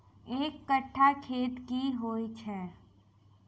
एक कट्ठा खेत की होइ छै?